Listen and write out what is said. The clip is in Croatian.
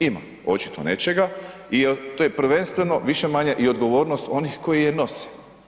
Ima očito nečega i to je prvenstveno više-manje i odgovornost onih koje je nose.